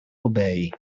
obei